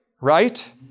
right